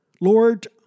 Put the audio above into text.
Lord